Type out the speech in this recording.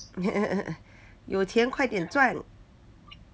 有钱快点赚